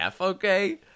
okay